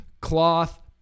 cloth